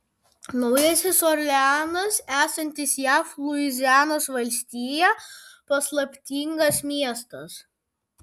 naujasis orleanas esantis jav luizianos valstijoje paslaptingas miestas